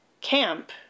camp